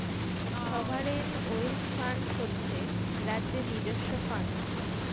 sovereign wealth fund হচ্ছে রাজ্যের নিজস্ব ফান্ড